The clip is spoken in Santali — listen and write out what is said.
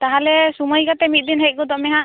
ᱛᱟᱦᱚᱞᱮ ᱥᱚᱢᱚᱭ ᱠᱟᱛᱮ ᱢᱤᱫ ᱫᱤᱱ ᱦᱮᱡ ᱜᱚᱫᱚᱜ ᱢᱮ ᱦᱟᱜ